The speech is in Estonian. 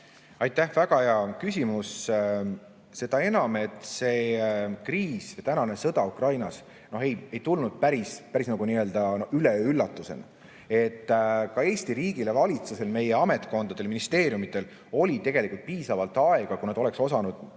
Aitäh, väga hea küsimus! Seda enam, et see kriis, tänane sõda Ukrainas ei tulnud päris üleöö, üllatusena. Ka Eesti riigil, valitsusel, meie ametkondadel, ministeeriumidel oli tegelikult piisavalt aega, kui nad oleksid osanud